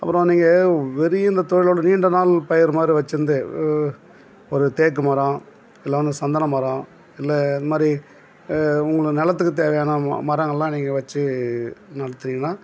அப்புறம் நீங்கள் வெறி இந்த தொழிலோட நீண்ட நாள் பயிர் மாதிரி வச்சிருந்து ஒரு தேக்கு மரம் இல்லை வந்து சந்தன மரம் இல்லை இதுமாரி உங்களோட நிலத்துக்கு தேவையான ம மரங்கள்லாம் நீங்கள் வச்சி நடத்துனீங்கன்னா